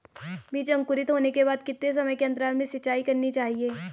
बीज अंकुरित होने के बाद कितने समय के अंतराल में सिंचाई करनी चाहिए?